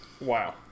Wow